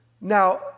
Now